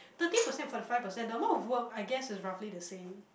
thirty percent forty five percent the amount of work I guess is roughly the same